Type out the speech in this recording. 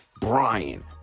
Brian